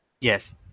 Yes